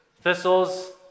thistles